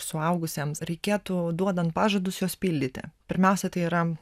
suaugusiems reikėtų duodant pažadus juos pildyti pirmiausia tai yra